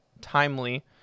timely